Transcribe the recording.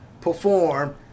perform